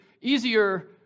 easier